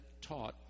taught